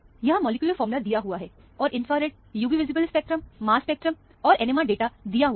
यहां molecular formula दिया हुआ है और infrared UV visible spectrum mass spectrum और NMR डाटा दिया हुआ है